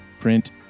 print